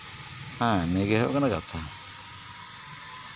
ᱦᱮᱸ ᱱᱤᱭᱟᱹᱜᱮ ᱦᱩᱭᱩᱜ ᱠᱟᱱᱟ ᱠᱟᱛᱷᱟ